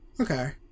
Okay